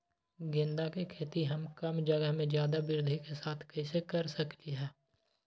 गेंदा के खेती हम कम जगह में ज्यादा वृद्धि के साथ कैसे कर सकली ह?